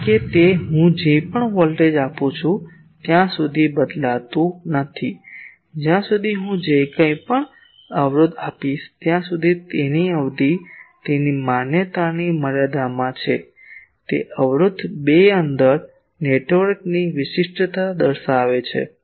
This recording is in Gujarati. કારણ કે તે હું જે પણ વોલ્ટેજ આપું છું ત્યાં સુધી બદલાતું નથી જ્યાં સુધી હું જે કંઇપણ અવરોધ આપીશ ત્યાં સુધી તેની અવધિ તેની માન્યતાની મર્યાદામાં છે તે અવરોધ 2 બંદર નેટવર્કની વિશિષ્ટતા દર્શાવે છે